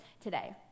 today